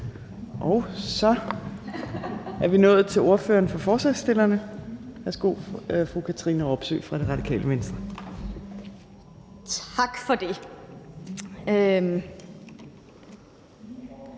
Og så er vi nået til ordføreren for forslagsstillerne – værsgo til fru Katrine Robsøe fra Radikale Venstre.